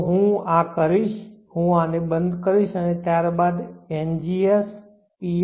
તો આ હું કરીશ હું આને બંધ કરીશ અને ત્યારબાદ ngspice svpwm